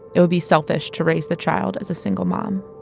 it would be selfish to raise the child as a single mom